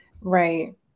right